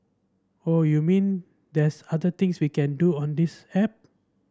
oh you mean there's other things we can do on this app